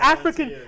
African